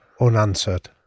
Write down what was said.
unanswered